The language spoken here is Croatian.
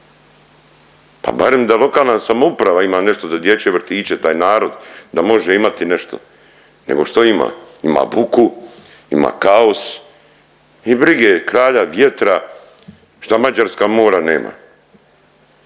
Pa barem da lokalna samouprava ima nešto za dječje vrtiće taj narod da može imati nešto, nego što ima? Ima buku, ima kaos i brige kralja vjetra što Mađarska mora nema.